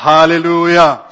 Hallelujah